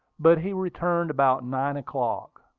but he returned about nine o'clock.